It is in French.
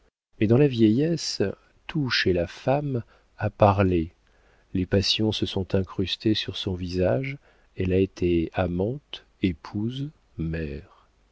mais dans la vieillesse tout chez la femme a parlé les passions se sont incrustées sur son visage elle a été amante épouse mère